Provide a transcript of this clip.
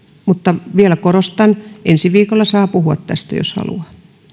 mutta vielä korostan että ensi viikolla saa puhua tästä jos haluaa